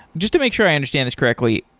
just to make sure i understand this correctly.